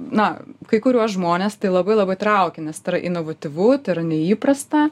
na kai kuriuos žmones tai labai labai traukia nes tai yra inovatyvu tai yra neįprasta